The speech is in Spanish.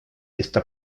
está